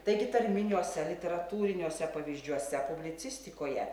taigi tarminiuose literatūriniuose pavyzdžiuose publicistikoje